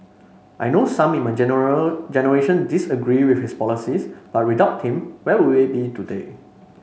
I know some in my general generation disagree with his policies but without him where would we be today